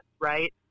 right